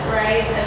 right